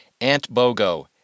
ANTBOGO